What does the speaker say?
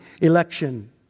election